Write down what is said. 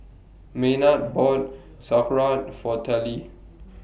Maynard bought Sauerkraut For Tallie